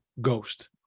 ghost